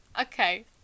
okay